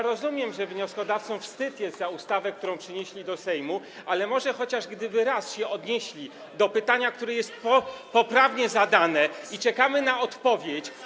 Rozumiem, że wnioskodawcom jest wstyd za ustawę, którą przynieśli do Sejmu, ale może chociaż gdyby raz odnieśli się do pytania, które jest poprawnie zadane - i czekamy na odpowiedź.